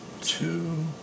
two